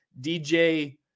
DJ